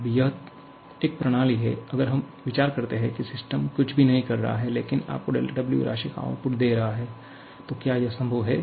अब यह एक प्रणाली है अगर हम विचार करते हैं कि सिस्टम कुछ भी नहीं कर रहा है लेकिन आपको δW राशि का आउटपुट दे रहा है क्या यह संभव है